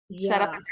setup